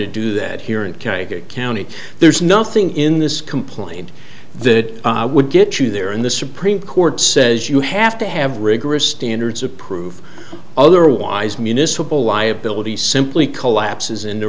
to do that here in county there's nothing in this complaint that would get you there in the supreme court says you have to have rigorous standards of proof otherwise municipal liability simply collapses into